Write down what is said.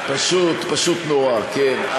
פשוט, פשוט נורא, כן.